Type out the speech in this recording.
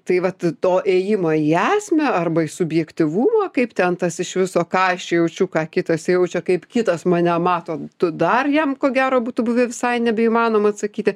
tai vat to ėjimo į esmę arba į subjektyvumą kaip ten tas iš viso ką aš čia jaučiu ką kitas jaučia kaip kitas mane mato tu dar jam ko gero būtų buvę visai nebeįmanoma atsakyti